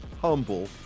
humble